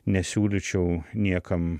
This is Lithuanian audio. nesiūlyčiau niekam